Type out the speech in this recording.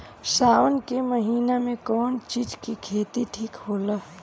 सावन के महिना मे कौन चिज के खेती ठिक होला?